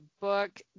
book